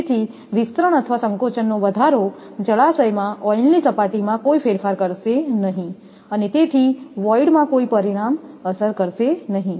તેથી વિસ્તરણ અથવા સંકોચન નો વધારો જળાશયમાં ઓઇલ ની સપાટીમાં કોઈ ફેરફાર કરશે નહીં અને તેથી વોઈડમાં કોઈ પરિણામ અસર કરશે નહીં